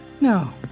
No